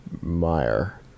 Meyer